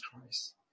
Christ